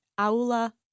Aula